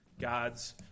God's